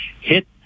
hit